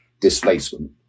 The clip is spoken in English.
displacement